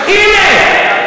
הנה.